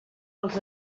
els